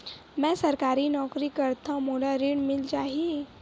मै सरकारी नौकरी करथव मोला ऋण मिल जाही?